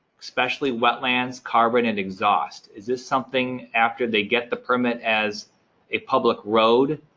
especially wetlands, carbonated exhaust, is this something after they get the permit as a public road,